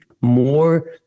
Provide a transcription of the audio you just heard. more